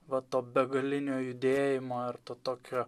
va to begalinio judėjimo ar to tokio